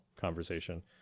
conversation